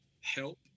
help